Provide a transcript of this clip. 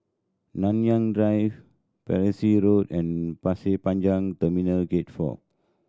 Nanyang Drive Peirce Road and Pasir Panjang Terminal Gate Four